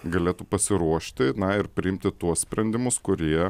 galėtų pasiruošti na ir priimti tuos sprendimus kurie